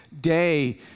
day